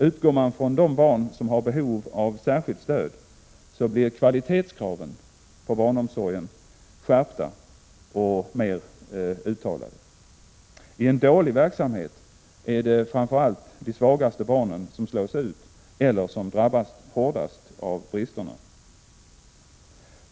Utgår man från de barn som har behov av särskilt stöd, blir kvalitetskraven på barnomsorgen skärpta och mer uttalade. I en dålig verksamhet är det framför allt de svagaste barnen som slås ut eller drabbas hårdast av bristerna.